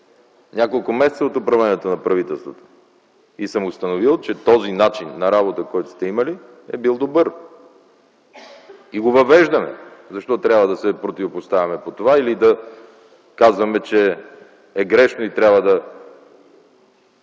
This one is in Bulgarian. няколко месеца от управлението на правителството и съм установил, че този начин на работа, който сте имали, е бил добър, го въвеждаме. Защо трябва да се противопоставяме по това или да казваме, че е грешно и трябва